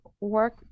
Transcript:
work